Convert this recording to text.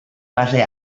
base